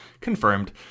confirmed